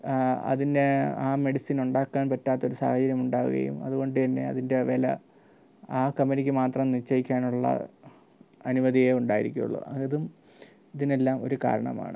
അതിന് ആ മെഡിസിൻ ഉണ്ടാക്കാൻ പറ്റാത്തൊരു സാഹചര്യം ഉണ്ടാവുകയും അതുകൊണ്ടുതന്നെ അതിൻ്റെ വില ആ കമ്പനിക്ക് മാത്രം നിശ്ചയിക്കാനുള്ള അനുമതിയേ ഉണ്ടായിരിക്കുകയുള്ളൂ അതും ഇതിനെല്ലാം ഒരു കാരണമാണ്